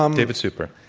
um david super.